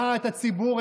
דעת הציבור,